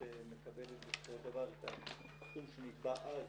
מקבלת בסופו של דבר את הסכום שנקבע אז,